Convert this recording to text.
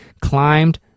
climbed